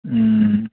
अँ